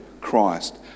Christ